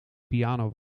piano